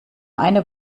eine